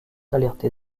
alertés